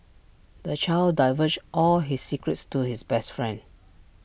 the child divulged all his secrets to his best friend